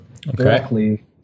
directly